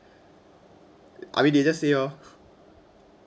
I mean they just say orh